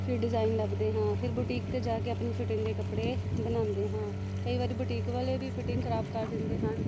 ਫਿਰ ਡਿਜ਼ਾਈਨ ਲੱਭਦੇ ਹਾਂ ਫਿਰ ਬੂਟੀਕ 'ਤੇ ਜਾ ਕੇ ਆਪਣੀ ਫਿਟਿੰਗ ਦੇ ਕੱਪੜੇ ਬਣਾਉਂਦੇ ਹਾਂ ਕਈ ਵਾਰੀ ਬੁਟੀਕ ਵਾਲੇ ਵੀ ਫਿਟਿੰਗ ਖਰਾਬ ਕਰ ਦਿੰਦੇ ਹਨ